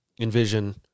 envision